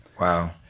Wow